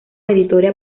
editora